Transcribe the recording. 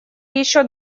еще